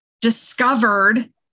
discovered